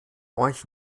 euch